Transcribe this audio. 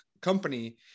company